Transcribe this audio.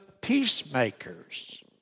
peacemakers